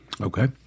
Okay